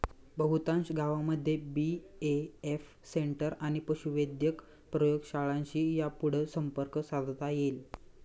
बहुतांश गावांमध्ये BAF centre आणि पशुवैद्यक प्रयोगशाळांशी यापुढं संपर्क साधता येईल